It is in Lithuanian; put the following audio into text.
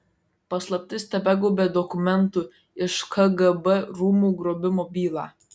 paslaptis tebegaubia dokumentų iš kgb rūmų grobimo bylą